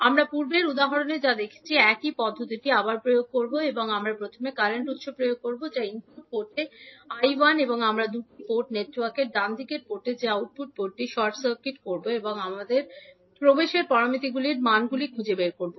আমরা পূর্বের উদাহরণে যা করেছি একই পদ্ধতিটি আবার প্রয়োগ করব আমরা প্রথমে কারেন্ট উত্স প্রয়োগ করব যা ইনপুট পোর্টে 𝐈1 হয় এবং আমরা দুটি পোর্ট নেটওয়ার্কের ডান দিকের পোর্ট যে আউটপুট পোর্টটি শর্ট সার্কিট করব এবং আমরা প্রবেশের প্যারামিটারগুলির মানগুলি খুঁজে বের করব